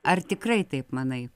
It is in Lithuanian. ar tikrai taip manai